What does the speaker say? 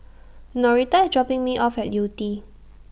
Norita IS dropping Me off At Yew Tee